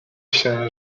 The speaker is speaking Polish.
się